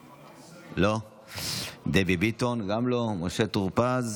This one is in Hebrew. לא, דבי ביטון גם לא, משה טור פז.